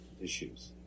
issues